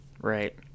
right